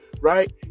right